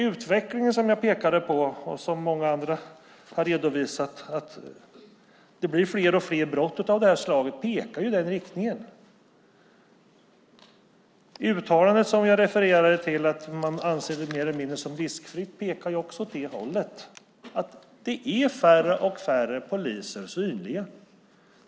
Utvecklingen som jag och många andra har redovisat pekar i riktningen att det blir fler och fler brott av det här slaget. Det uttalande som jag refererade till, att man anser det som mer eller mindre riskfritt, pekar också åt det hållet. Det är färre och färre synliga poliser.